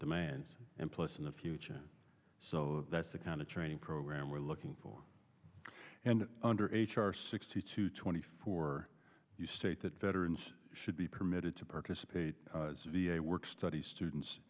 demands and place in the future so that's the kind of training program we're looking for and under h r sixty two twenty four you state that veterans should be permitted to participate to be a work study students